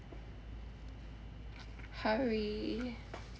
hurry